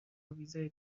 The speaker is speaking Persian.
ویزای